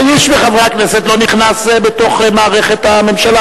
איש מחברי הכנסת לא נכנס בתוך מערכת הממשלה,